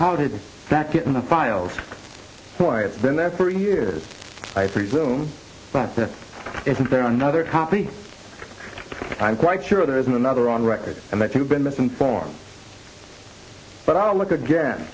how did that get in the files why it's been there for years i presume but isn't there another copy i'm quite sure there isn't another on record and i think been misinformed but i'll look again